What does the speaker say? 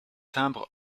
timbres